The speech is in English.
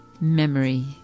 memory